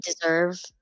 deserve